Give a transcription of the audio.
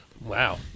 Wow